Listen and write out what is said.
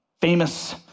famous